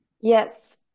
Yes